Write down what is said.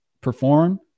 perform